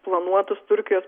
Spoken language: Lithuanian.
planuotus turkijos